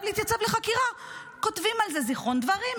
להתייצב לחקירה כותבים על זה זיכרון דברים,